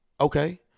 Okay